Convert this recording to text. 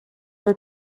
are